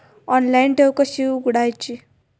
Online ठेव कशी उघडायची?